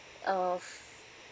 uh